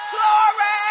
Glory